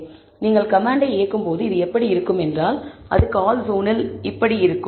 எனவே நீங்கள் கமாண்டை இயக்கும் போது இது எப்படி இருக்கும் என்றால் இது கால்சோனில் இப்படி இருக்கும்